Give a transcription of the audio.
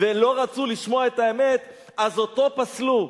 ולא רצו לשמוע את האמת, אז אותו פסלו.